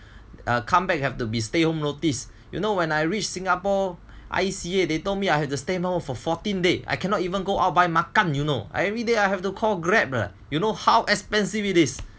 come back have to be stay home notice you know when I reach Singapore I_C_A they told me I had to stay home for fourteen days I cannot even go out buy makan you know everyday I have to call Grab lah you know how expensive it is